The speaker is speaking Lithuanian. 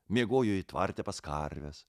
miegojo ji tvarte pas karves